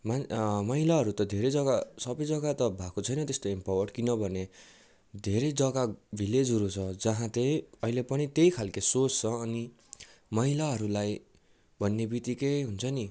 मह महिलाहरू त धेरै जग्गा सबै जग्गा त भएको छैन त्यस्तो एमपावर्ड किनभने धेरै जग्गा भिलेजहरू छ जहाँ चाहिँ अहिले पनि त्यही खालको सोच छ अनि महिलाहरूलाई भन्ने बित्तिकै हुन्छ नि